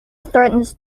threatens